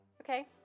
Okay